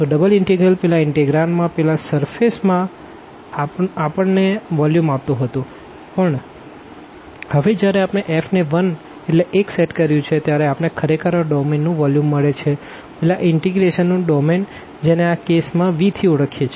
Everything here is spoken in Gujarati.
તો ડબલ ઇનટેગ્રલ પેલા ઇનટેગ્રાંડ માં પેલા સર્ફેસ માં આપણ ને વોલ્યુમ આપતું હતું પણ હવે જયારે આપણે f ને 1 સેટ કર્યું છે ત્યારે આપણે ખરેખર આ ડોમેન નું વોલ્યુમ મળે છે પેલા ઇનટીગ્રેશન નું ડોમેન જેને આ કેસ માં V થી ઓળખીએ છે